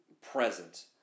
present